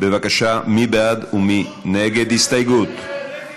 של חברי הכנסת רויטל